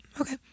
Okay